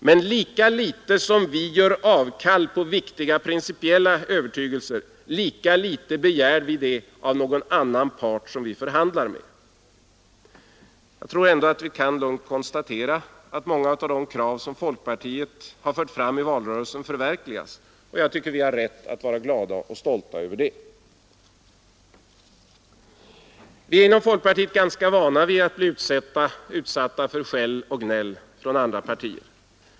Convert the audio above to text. Men lika litet som vi själva gör avkall på principiella övertygelser, lika litet begär vi det av någon annan part som vi förhandlar med. Vi kan lugnt konstatera att många av de krav som folkpartiet förde fram i valrörelsen nu förverkligas. Jag tycker att vi har rätt att vara glada och stolta över det. Inom folkpartiet är vi ganska vana vid att bli utsatta för skäll och gnäll från andra partier.